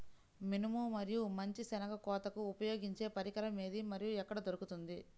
మినుము మరియు మంచి శెనగ కోతకు ఉపయోగించే పరికరం ఏది మరియు ఎక్కడ దొరుకుతుంది?